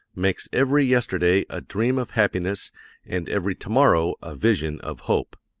makes every yesterday a dream of happiness and every tomorrow a vision of hope.